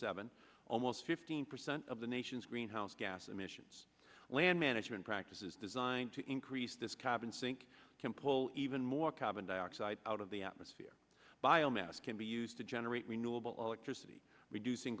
seven almost fifteen percent of the nation's greenhouse gas emissions land management practices designed to increase this carbon sink can pull even more carbon dioxide out of the atmosphere biomass can be used to generate renewable electricity reducing